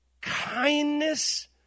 kindness